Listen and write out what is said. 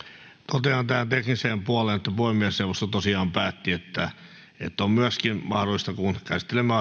totean tähän tekniseen puoleen että puhemiesneuvosto tosiaan päätti että että on mahdollista että kun käsittelemme